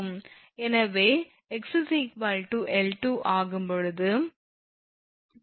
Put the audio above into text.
எனவே 𝑥 𝐿2 ஆகும்போது தொய்வு 𝑑 ஆக இருக்கும்